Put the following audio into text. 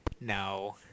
No